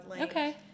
Okay